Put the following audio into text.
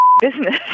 business